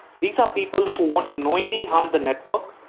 these are people who want to knowingly harm the network,